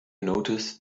noticed